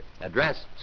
Address